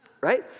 right